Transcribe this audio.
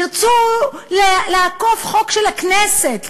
ירצו לעקוף חוק של הכנסת,